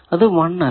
അത് 1 അല്ല